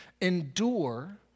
endure